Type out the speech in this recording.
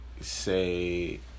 say